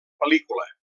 pel·lícula